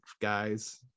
guys